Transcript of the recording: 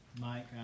Mike